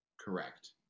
correct